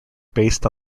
based